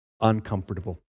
uncomfortable